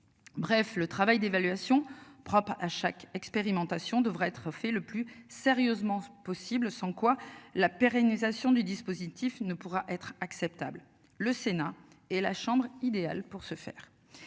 Bref, le travail d'évaluation propre à chaque expérimentation devrait être fait le plus sérieusement possible sans quoi la pérennisation du dispositif ne pourra être acceptable le Sénat et la Chambre idéal pour ce faire,